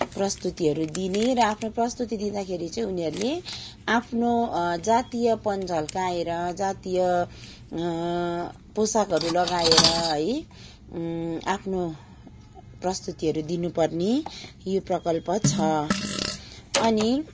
आफ्नो प्रस्तुतिहरू दिने र आफ्नो प्रस्तुतिहरू दिँदाखेरि चाहिँ उनीहरूले आफ्नो जातीयपन झल्काएर जातीय पोसाकहरू लगाएर है आफ्नो प्रस्तुतिहरू दिनुपर्ने यो प्रकल्प छ अनि